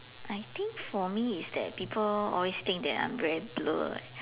I think for me is that people always think that I'm very blur leh